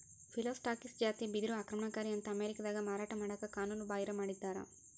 Phyllostachys ಜಾತಿಯ ಬಿದಿರು ಆಕ್ರಮಣಕಾರಿ ಅಂತ ಅಮೇರಿಕಾದಾಗ ಮಾರಾಟ ಮಾಡಕ ಕಾನೂನುಬಾಹಿರ ಮಾಡಿದ್ದಾರ